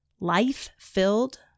life-filled